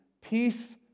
peace